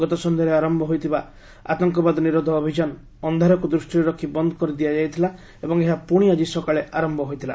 ଗତ ସନ୍ଧ୍ୟାରେ ଆରମ୍ଭ ହୋଇଥିବା ଆତଙ୍କବାଦ ନିରୋଧ ଅଭିଯାନ ଅନ୍ଧାରକୁ ଦୃଷ୍ଟିରେ ରଖି ବନ୍ଦ୍ କରିଦିଆଯାଇଥିଲା ଏବଂ ଏହା ପୁଣି ଆଜି ସକାଳେ ଆରମ୍ଭ ହୋଇଥିଲା